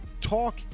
talk